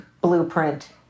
blueprint